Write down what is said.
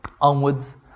onwards